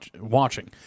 watching